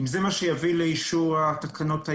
להבהיר את הדברים.